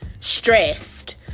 stressed